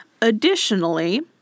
Additionally